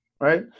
right